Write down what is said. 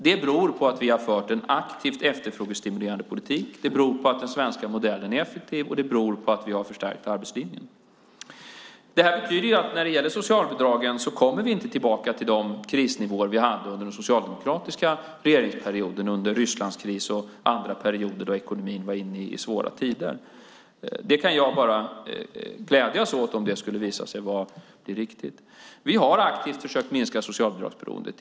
Det beror på att vi har fört en aktivt efterfrågestimulerande politik. Det beror på att den svenska modellen är effektiv, och det beror på att vi har förstärkt arbetslinjen. Det här betyder att när det gäller socialbidragen så kommer vi inte tillbaka till de krisnivåer vi hade under den socialdemokratiska regeringsperioden under Rysslandskris och andra perioder då det var svåra tider i ekonomin. Jag kan bara glädjas åt om det skulle visa sig vara riktigt. Vi har aktivt försökt minska socialbidragsberoendet.